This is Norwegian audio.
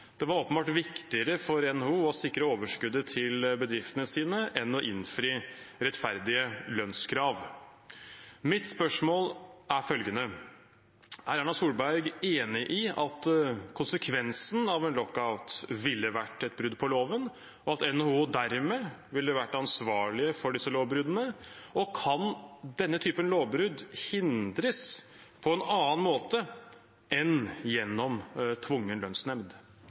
Det var åpenbart viktigere for NHO å sikre overskuddet til bedriftene sine enn å innfri rettferdige lønnskrav. Mine spørsmål er følgende: Er Erna Solberg enig i at konsekvensen av en lockout ville vært et brudd på loven, og at NHO dermed ville vært ansvarlig for disse lovbruddene? Og kan denne typen lovbrudd hindres på en annen måte enn gjennom tvungen lønnsnemnd?